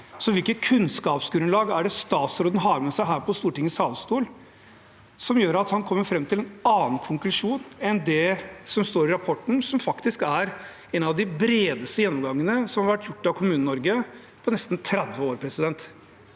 Hvilket kunnskapsgrunnlag er det statsråden har med seg her på Stortingets talerstol som gjør at han kommer fram til en annen konklusjon enn det som står i rapporten, som faktisk er en av de bredeste gjennomgangene som har vært gjort av KommuneNorge på nesten 30 år? Statsråd